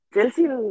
Chelsea